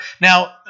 Now